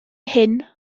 hyn